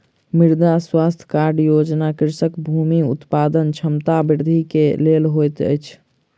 मृदा स्वास्थ्य कार्ड योजना कृषकक भूमि उत्पादन क्षमता वृद्धि के लेल होइत अछि